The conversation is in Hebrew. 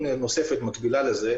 במקביל לזה,